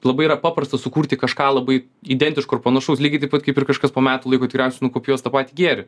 labai yra paprasta sukurti kažką labai identiško ir panašaus lygiai taip pat kaip ir kažkas po metų laiko tikriausiai nukopijuos tą patį gėrį